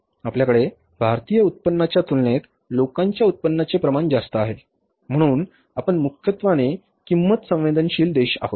आपल्याकडे भारतातील उत्पन्नाच्या तुलनेत लोकांच्या उत्पन्नाचे प्रमाण जास्त आहे म्हणून आपण मुख्यत्वे किंमत संवेदनशील देश आहोत